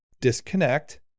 disconnect